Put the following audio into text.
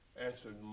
answered